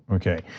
okay?